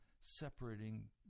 separating